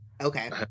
Okay